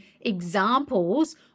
examples